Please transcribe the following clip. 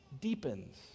deepens